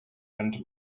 and